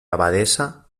abadesa